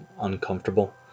Uncomfortable